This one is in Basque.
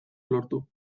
lortu